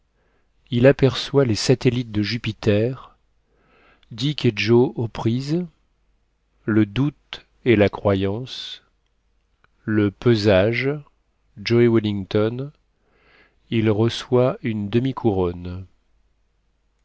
il aperçoit les satellites de jupiter dick et joe aux prises le doute et la croyance le pesage joe wellington il reçoit une demi-couronne